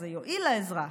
זה יועיל לאזרח,